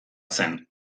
zen